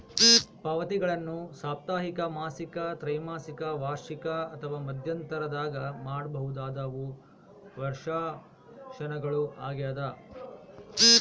ಪಾವತಿಗಳನ್ನು ಸಾಪ್ತಾಹಿಕ ಮಾಸಿಕ ತ್ರೈಮಾಸಿಕ ವಾರ್ಷಿಕ ಅಥವಾ ಮಧ್ಯಂತರದಾಗ ಮಾಡಬಹುದಾದವು ವರ್ಷಾಶನಗಳು ಆಗ್ಯದ